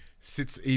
sits